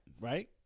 right